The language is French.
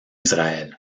israël